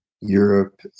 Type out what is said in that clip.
Europe